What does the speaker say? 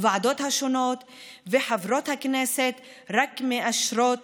הוועדות השונות וחברות הכנסת רק מאשרות